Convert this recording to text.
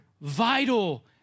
vital